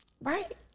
right